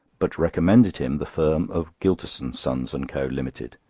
but recommended him the firm of gylterson, sons and co. limited.